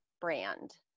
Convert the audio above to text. brand